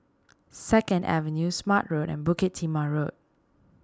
Second Avenue Smart Road and Bukit Timah Road